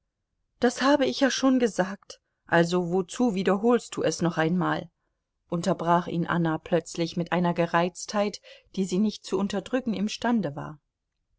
das habe ich ja schon gesagt also wozu wiederholst du es noch einmal unterbrach ihn anna plötzlich mit einer gereiztheit die sie nicht zu unterdrücken imstande war